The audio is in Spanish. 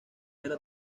era